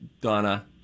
Donna